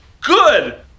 good